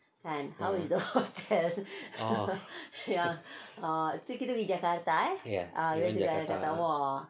ah ya